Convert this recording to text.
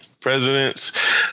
presidents